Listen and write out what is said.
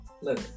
look